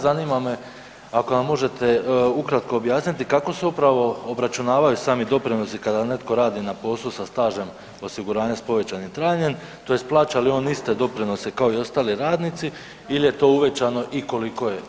Zanima me ako nam možete ukratko objasniti kako se upravo obračunavaju sami doprinosi kada netko radi na poslu sa stažem osiguranja s povećanim trajanjem tj. plaća li on iste doprinose kao i ostali radnici ili je to uvećano i koliko je samo uvećano?